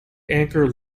anchor